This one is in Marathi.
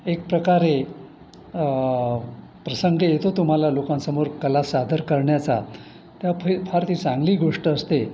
एक प्रकारे प्रसंग येतो तुम्हाला लोकांसमोर कला सादर करण्याचा त्या फर फार ती चांगली गोष्ट असते